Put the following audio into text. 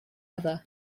other